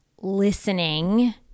listening